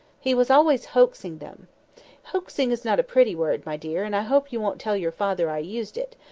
he was always hoaxing them hoaxing is not a pretty word, my dear, and i hope you won't tell your father i used it,